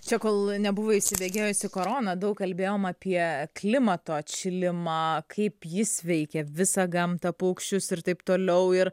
čia kol nebuvo įsibėgėjusi korona daug kalbėjom apie klimato atšilimą kaip jis veikia visą gamtą paukščius ir taip toliau ir